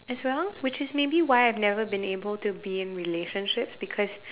as well which is maybe why I've never been able to be in relationships because